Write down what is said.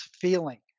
feeling